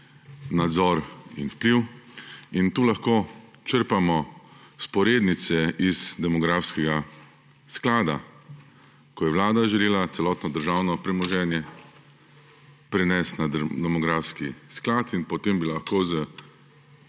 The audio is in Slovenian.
nadzor in vpliv. Tu lahko črpamo vzporednice iz demografskega sklada, ko je vlada želela celotno državno premoženje prenesti na demografski sklad in potem bi lahko